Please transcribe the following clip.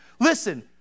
Listen